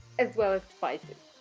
as well as spices.